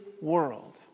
world